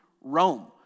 Rome